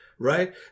right